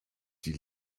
die